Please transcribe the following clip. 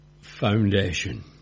foundation